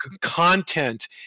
content